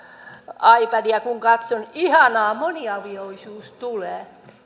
ipadia kun katson että ihanaa moniavioisuus tulee